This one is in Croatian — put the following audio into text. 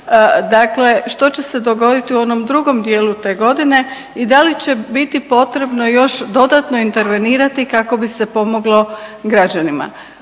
dakle što će se dogoditi u onom drugom dijelu te godine i da li će biti potrebno još dodatno intervenirati kako bi se pomoglo građanima.